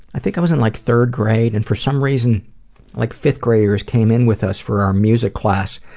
i think i was in like third grade and for some reason like fifth graders came in with us for our music class.